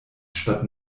statt